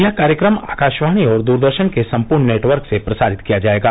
यह कार्यक्रम आकाशवाणी और दूरदर्शन के सम्पूर्ण नेटवर्क से प्रसारित किया जायेगा